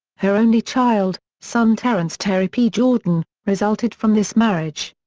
her only child, son terrence terry p. jorden, resulted from this marriage.